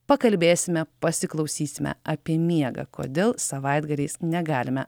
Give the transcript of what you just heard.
pakalbėsime pasiklausysime apie miegą kodėl savaitgaliais negalime